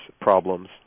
problems